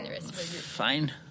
Fine